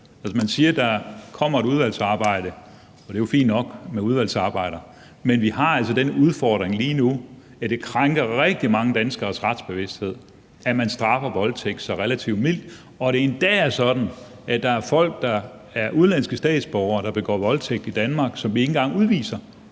Man siger, at der kommer et udvalgsarbejde – det er jo fint nok med udvalgsarbejder – men vi har altså den udfordring lige nu, at det krænker rigtig mange danskeres retsbevidsthed, at man straffer voldtægt så relativt mildt, og at det endda er sådan, at der er folk, udenlandske statsborgere, der begår voldtægt i Danmark, og som vi ikke engang udviser.